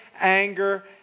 anger